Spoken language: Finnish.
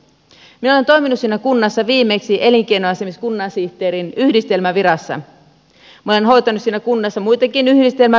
minä olen toiminut siinä kunnassa viimeksi elinkeinoasiamies kunnansihteerin yhdistelmävirassa ja minä olen hoitanut siinä kunnassa muitakin yhdistelmävirkoja